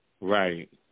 Right